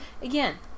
Again